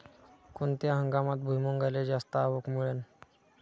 कोनत्या हंगामात भुईमुंगाले जास्त आवक मिळन?